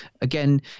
again